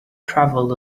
traveled